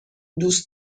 دوست